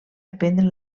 aprendre